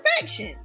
perfection